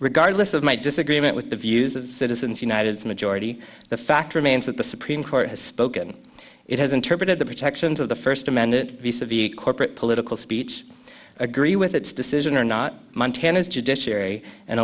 regardless of my disagreement with the views of citizens united is majority the fact remains that the supreme court has spoken it has interpreted the protections of the first amendment corporate political speech agree with its decision or not montana's